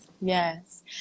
Yes